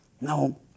no